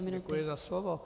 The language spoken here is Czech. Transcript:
Děkuji za slovo.